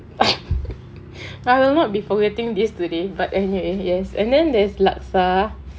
I will not be forgetting this today but anyway yes and then there's laksa